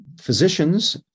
physicians